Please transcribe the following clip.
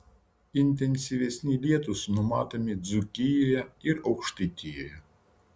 intensyvesni lietūs numatomi dzūkijoje ir aukštaitijoje